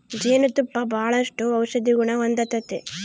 ಜೇನು ತುಪ್ಪ ಬಾಳಷ್ಟು ಔಷದಿಗುಣ ಹೊಂದತತೆ